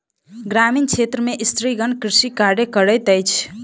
ग्रामीण क्षेत्र में स्त्रीगण कृषि कार्य करैत अछि